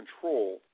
control